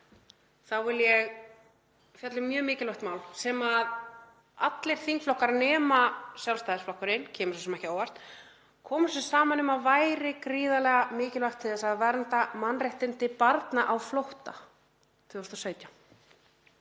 vil ég fjalla um mjög mikilvægt mál sem allir þingflokkar nema Sjálfstæðisflokkurinn, kemur svo sem ekki á óvart, komu sér saman um að væri gríðarlega mikilvægt til þess að vernda mannréttindi barna á flótta 2017